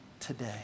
today